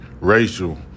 racial